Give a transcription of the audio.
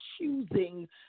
choosing